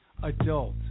adult